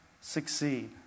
succeed